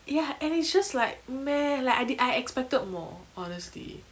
ya and it's just like meh like I did I expected more honestly